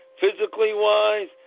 physically-wise